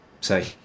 say